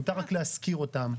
מותר רק להשכיר אותן.